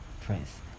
Prince